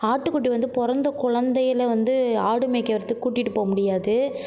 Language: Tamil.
ஆட்டுக்குட்டி வந்து பிறந்த குழந்தையில் அந்த ஆடு மேய்க்கிறதுக்கு கூட்டிகிட்டு போக முடியாது